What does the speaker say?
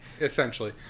Essentially